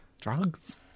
drugs